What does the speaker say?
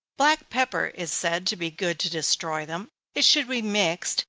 black pepper is said to be good to destroy them it should be mixed,